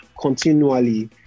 continually